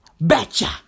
Betcha